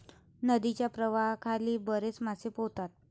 नदीच्या प्रवाहाखाली बरेच मासे पोहतात